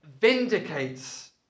vindicates